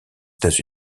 états